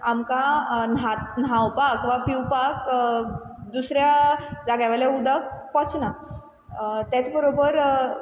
आमकां न्हांत न्हांवपाक वा पिवपाक दुसऱ्या जाग्या वेलें उदक पचना तेच बरोबर